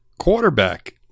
quarterback